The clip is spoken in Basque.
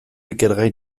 ikergai